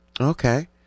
okay